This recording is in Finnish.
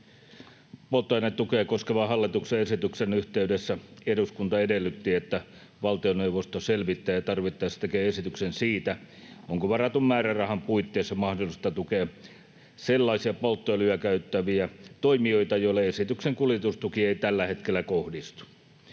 Polttoainetukea koskevan hallituksen esityksen yhteydessä eduskunta edellytti, että valtioneuvosto selvittää ja tarvittaessa tekee esityksen siitä, onko varatun määrärahan puitteissa mahdollista tukea sellaisia polttoöljyä käyttäviä toimijoita, joille esityksen kuljetustuki ei tällä hetkellä kohdistu.